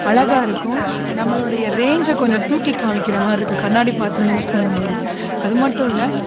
அழகா இருக்கும் நம்மளோட ரேஞ்ச கொஞ்சம் தூக்கிக்காமிக்கிற மாதிரி இருக்கும் கண்ணாடி பாத்திரம் யூஸ் பண்ணும்போது அதுமட்டுமில்லை